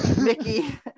mickey